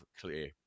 clear